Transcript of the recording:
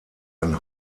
ein